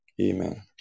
Amen